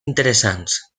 interessants